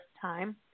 time